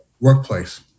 workplace